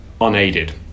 unaided